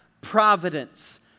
providence